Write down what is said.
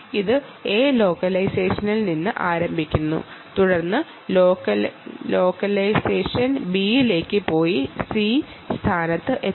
ഇത് A ലൊക്കേഷനിൽ നിന്ന് ആരംഭിക്കുന്നു തുടർന്ന് ലൊക്കേഷൻ Bലേക്ക് പോയി C സ്ഥാനത്ത് എത്തുന്നു